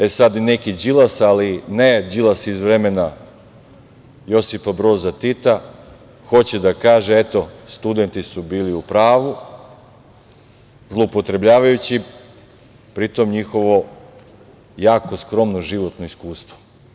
E sad, neki Đilas, ali ne Đilas iz vremena Josipa Broza Tita, hoće da kaže: „Eto, studenti su bili u pravu“, zloupotrebljavajući pritom njihovo jako skromno životno iskustvo.